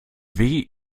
weh